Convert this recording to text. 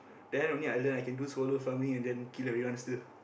then only I learn I can do solo farming and then kill everyone still